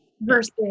versus